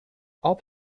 are